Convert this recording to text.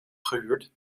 gehuurd